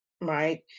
right